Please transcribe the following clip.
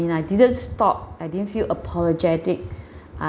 mean I didn't stop I didn't feel apologetic I